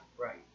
Right